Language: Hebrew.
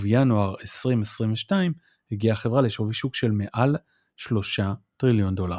ובינואר 2022 הגיעה החברה לשווי שוק של מעל שלושה טריליון דולר.